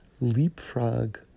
leapfrog